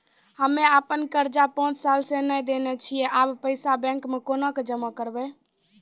हम्मे आपन कर्जा पांच साल से न देने छी अब पैसा बैंक मे कोना के जमा करबै?